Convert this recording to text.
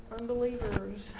unbelievers